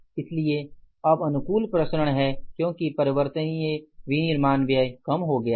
इसलिए अब अनुकूल प्रसरण है क्योंकि परिवर्तनीय विनिर्माण व्यय कम हो गया है